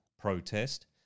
protest